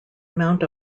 amount